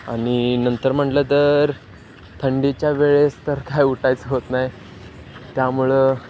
आणि नंतर म्हणलं तर थंडीच्या वेळेस तर काय उठायचं होत नाही त्यामुळं